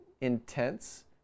intense